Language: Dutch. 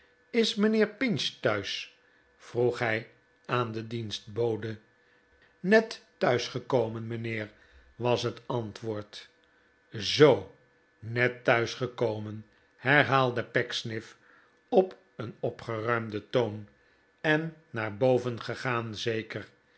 is mijnheer pinch thuis vroeg hij aan de dienstbode net thuis gekomen mijnheer was het antwoord zoo net thuis gekomen herhaalde pecksniff op een opgeruimden toon n en naar boven gegaan zeker